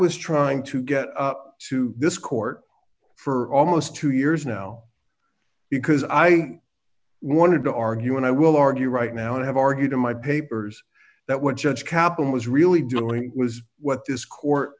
was trying to get to this court for almost two years now because i wanted to argue and i will argue right now and have argued in my papers that what judge kaplan was really doing was what this court